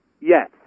yes